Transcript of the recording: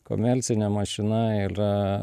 komelcinė mašina ylia